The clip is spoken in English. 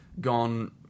gone